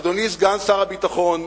אדוני סגן שר הביטחון,